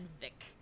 Vic